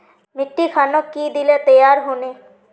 मिट्टी खानोक की दिले तैयार होने?